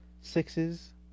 Sixes